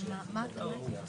החלטת